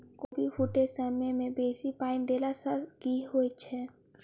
कोबी फूटै समय मे बेसी पानि देला सऽ की होइ छै?